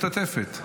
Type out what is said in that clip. תגידי "לא משתתפת".